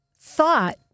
thought